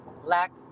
lack